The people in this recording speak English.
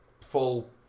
full